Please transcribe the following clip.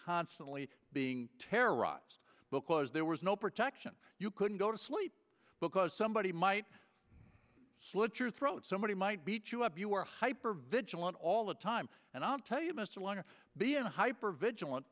constantly being terrorized because there was no protection you couldn't go to sleep because somebody might slip your throat somebody might beat you up you were hyper vigilant all the time and i'll tell you mr loughner being hyper vigilant